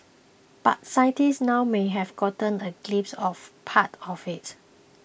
but scientists now may have gotten a glimpse of part of it